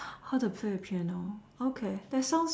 how to play a piano okay that sounds